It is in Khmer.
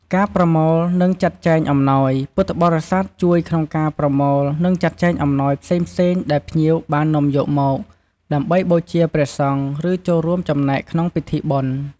ការណែនាំពីប្រពៃណីវប្បធម៌ ចំពោះភ្ញៀវបរទេស ពួកគាត់អាចជួយណែនាំពីទំនៀមទម្លាប់ និងប្រពៃណីវប្បធម៌ខ្មែរទាក់ទងនឹងព្រះពុទ្ធសាសនា។